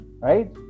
right